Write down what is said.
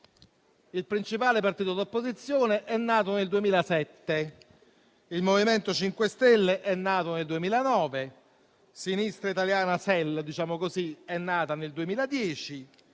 il principale partito di opposizione nel 2007, il MoVimento 5 Stelle nel 2009, Sinistra Italiana SEL nel 2010.